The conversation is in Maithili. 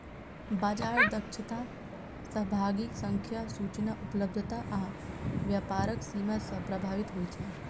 बाजार दक्षता सहभागीक संख्या, सूचना उपलब्धता आ व्यापारक सीमा सं प्रभावित होइ छै